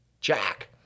Jack